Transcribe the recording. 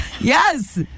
Yes